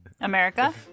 America